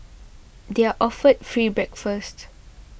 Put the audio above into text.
they are offered free breakfast